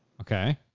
Okay